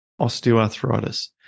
osteoarthritis